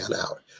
out